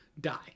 Die